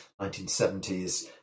1970s